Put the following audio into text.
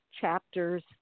chapters